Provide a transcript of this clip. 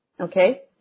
Okay